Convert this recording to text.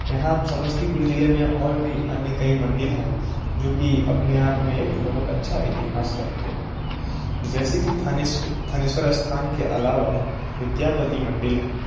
यहाँ समस्तीपुर ज़िले में और भी अन्य कई मंदिर हैं जो कि अपने आप में एक बहुत अच्छा इतिहास रखते हैं जैसे कि थानेस्व थानेश्वर स्थान के अलावा विद्यापति मंदिर है